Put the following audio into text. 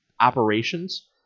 operations